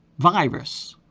virus